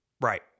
Right